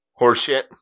horseshit